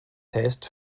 test